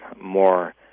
more